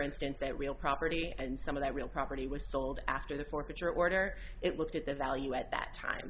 instance that real property and some of that real property was sold after the forfeiture order it looked at the value at that time